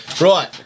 Right